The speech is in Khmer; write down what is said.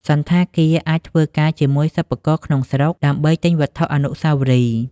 សណ្ឋាគារអាចធ្វើការជាមួយសិប្បករក្នុងស្រុកដើម្បីទិញវត្ថុអនុស្សាវរីយ៍។